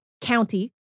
county